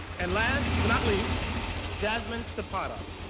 and last but not least jasmine zapata,